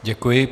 Děkuji.